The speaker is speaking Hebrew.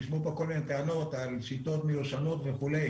כי נשמעו פה כל מיני טענות על שיטות מיושנות וכולי